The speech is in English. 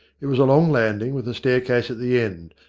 it was a long landing, with a staircase at the end,